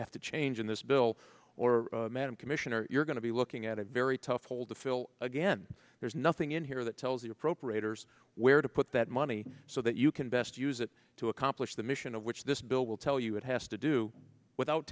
have to change in this bill or madam commissioner you're going to be looking at a very tough hold to fill again there's nothing in here that tells you appropriators where to put that money so that you can best use it to accomplish the mission of which this bill will tell you it has to do without